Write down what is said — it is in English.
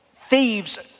thieves